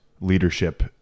leadership